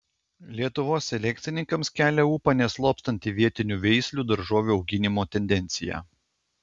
lietuvos selekcininkams kelia ūpą neslopstanti vietinių veislių daržovių auginimo tendencija